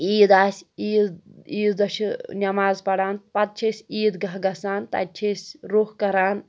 عیٖد آسہِ عیٖذ عیٖذ دۄہ چھِ نٮ۪ماز پَران پَتہٕ چھِ أسۍ عیٖد گاہ گژھان تَتہِ چھِ أسۍ روٚف کَران